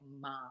mom